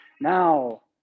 now